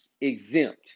exempt